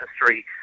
history